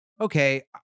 okay